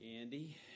Andy